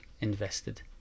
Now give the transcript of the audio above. invested